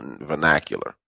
vernacular